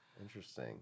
Interesting